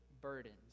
burdens